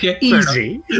easy